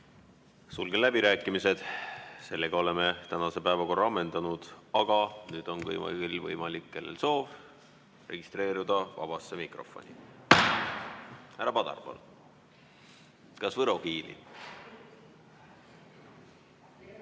Sulgen läbirääkimised. Oleme tänase päevakorra ammendanud. Aga nüüd on kõigil võimalik, kellel soov, registreeruda vabasse mikrofoni. Härra Padar, palun! Kas võro kiili?